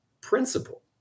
principle